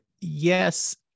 yes